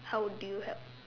how would you help